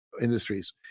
industries